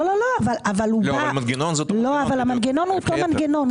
לא, אבל המנגנון הוא אותו מנגנון.